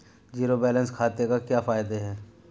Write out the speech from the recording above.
Zero balance खाते के क्या फायदे हैं?